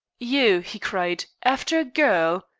you, he cried. after a girl!